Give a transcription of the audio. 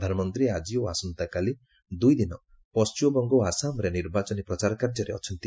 ପ୍ରଧାନମନ୍ତ୍ରୀ ଆକି ଓ ଆସନ୍ତାକାଲି ଦୁଇଦିନ ପଶ୍ଚିମବଙ୍ଗ ଓ ଆସାମରେ ନିର୍ବାଚନୀ ପ୍ରଚାର କାର୍ଯ୍ୟରେ ଅଛନ୍ତି